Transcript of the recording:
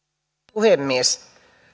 puhemies